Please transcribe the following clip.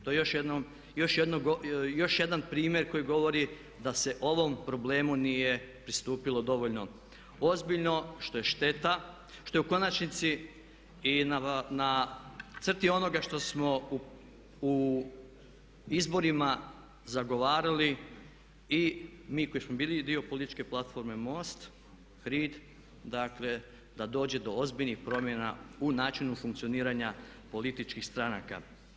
To je još jedan primjer koji govori da se o ovom problemu nije pristupilo dovoljno ozbiljno što je šteta, što je u konačnici i na crti onoga što smo u izborima zagovarali i mi koji smo bili i dio političke platforme MOST, HRID, dakle da dođe do ozbiljnih promjena u načinu funkcioniranja političkih stranaka.